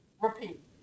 repeat